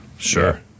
Sure